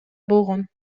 болгон